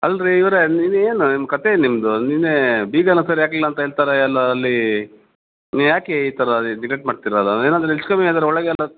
ಅಲ್ಲ ರೀ ಇವರೇ ನೀವೇನು ನಿಮ್ಮ ಕತೆ ಏನು ನಿಮ್ಮದು ನಿನ್ನೆ ಬೀಗ ಏನೋ ಸರಿ ಹಾಕಲಿಲ್ಲ ಅಂತ ಹೇಳ್ತಾರೆ ಎಲ್ಲ ಅಲ್ಲಿ ನೀವು ಯಾಕೆ ಈ ಥರ ನೆಗ್ಲೆಕ್ಟ್ ಮಾಡ್ತೀರಾ ಅಲ್ಲ ಏನಾದರೂ ಹೆಚ್ಚು ಕಮ್ಮಿ ಆದರೆ ಒಳಗೆಲ್ಲ